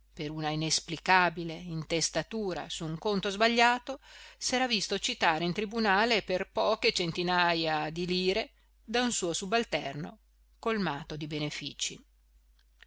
per una inesplicabile intestatura su un conto sbagliato s'era visto citare in tribunale per poche centinaja di lire da un suo subalterno colmato di beneficii